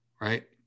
right